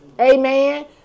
Amen